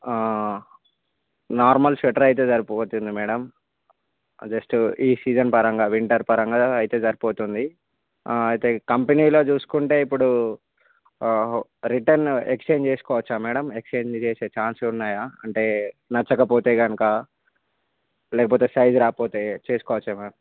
normal sweater అయితే సరిపోవొచ్చండి madam just ఈ సీజన్ పరంగా వింటర్ పరంగా అయితే సరిపోతుంది అయితే కంపనీలో చూసుకుంటే ఇపుడు రిటర్న్ ఎక్స్చేంజ్ చేసుకోవచ్చా మేడం ఎక్స్చేంజ్ చేసే ఛాన్స్లున్నాయా అంటే నచ్చకపోతే కనుక లేకపోతే సైజు రాకపోతే చేసుకోవచ్చా మ్యామ్